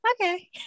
Okay